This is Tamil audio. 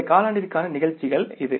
இந்த காலாண்டிற்கான நிகழ்ச்சிகள் இது